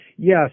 Yes